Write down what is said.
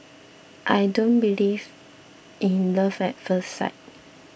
I don't believe in love at first sight